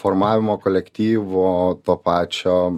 formavimo kolektyvo to pačio